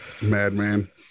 Madman